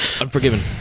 Unforgiven